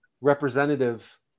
representative